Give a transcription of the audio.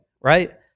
Right